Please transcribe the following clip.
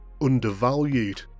undervalued